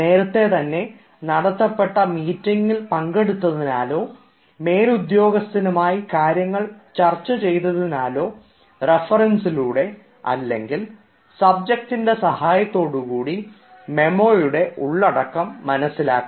നേരത്തെ തന്നെ നടത്തപ്പെട്ട മീറ്റിംഗിൽ പങ്കെടുത്തതിനാലോ മേൽ ഉദ്യോഗസ്ഥനുമായി കാര്യങ്ങൾ ചർച്ച ചെയ്യുന്നതിനാലോ റഫറൻസിലൂടെ അല്ലെങ്കിൽ സബ്ജക്ടിൻറെ സഹായത്തോടുകൂടി മെമ്മോയുടെ ഉള്ളടക്കം മനസ്സിലാക്കാം